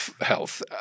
health